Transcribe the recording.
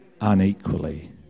unequally